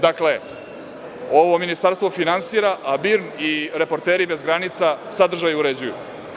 Dakle, ovo ministarstvo finansira, a BIRN i Reporteri bez granica sadržaj uređuju.